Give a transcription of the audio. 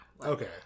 Okay